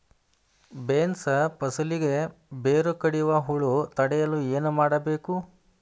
Beans ಫಸಲಿಗೆ ಬೇರು ಕಡಿಯುವ ಹುಳು ತಡೆಯಲು ಏನು ಮಾಡಬೇಕು?